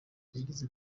yagize